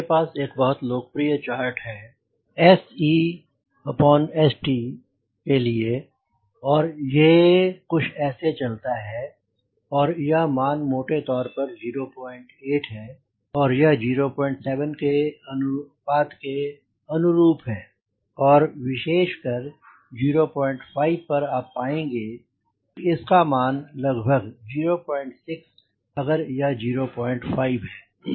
मेरे पास एक बहुत लोकप्रिय चार्ट है है और यह कुछ ऐसा चलता है और यह मान मोटे तौर पर 0 8 है और यह 0 7 के अनुपात के अनुरूप है और विशेषकर 05 पर आप पाएंगे कि इसका मान लगभग 06 अगर यह 05 है